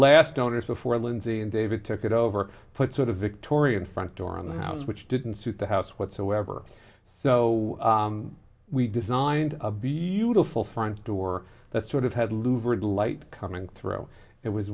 last owners before lindsay and david took it over put sort of victorian front door on the house which didn't suit the house whatsoever so we designed a beautiful front door that sort of had louvered light coming through it was